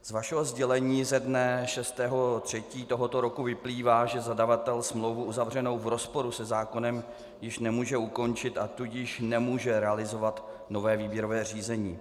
Z vašeho sdělení ze dne 6. 3. tohoto roku vyplývá, že zadavatel smlouvu uzavřenou v rozporu se zákonem již nemůže ukončit, a tudíž nemůže realizovat nové výběrové řízení.